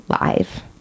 live